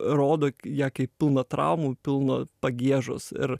rodo ją kaip pilną traumų pilną pagiežos ir